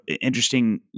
interesting